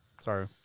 Sorry